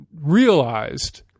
realized